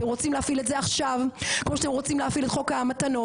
אתם רוצים להפעיל את זה עכשיו כמו שאתם רוצים להפעיל את חוק המתנות,